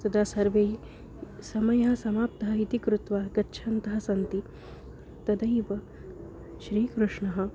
तदा सर्वैः समयः समाप्तः इति कृत्वा गच्छन्तः सन्ति तदैव श्रीकृष्णः